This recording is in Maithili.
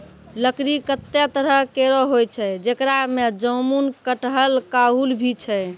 लकड़ी कत्ते तरह केरो होय छै, जेकरा में जामुन, कटहल, काहुल भी छै